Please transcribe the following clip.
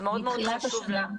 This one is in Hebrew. זה מאוד מאוד חשוב לנו.